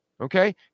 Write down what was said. okay